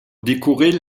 décorer